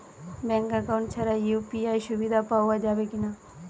Bank account ছাড়া UPI সুবিধা পাওয়া যাবে কি না?